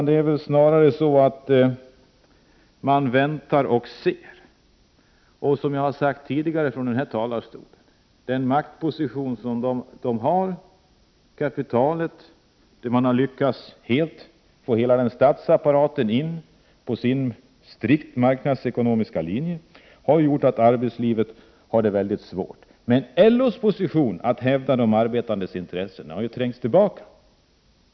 Det är snarare så att man väntar och ser. Jag har sagt tidigare från denna talarstol, och jag säger det nu: Den maktposition som kapitalet har — man har lyckats att få hela statsapparaten med på sin strikt marknadsekonomiska linje — har gjort att arbetslivet har det mycket svårt. LO:s position att hävda de arbetandes intressen har trängts tillbaka.